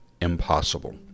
impossible